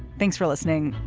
thanks for listening.